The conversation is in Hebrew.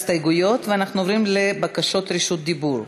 ההסתייגויות, ואנחנו עוברים לבקשות רשות דיבור.